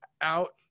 out